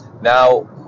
now